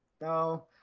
No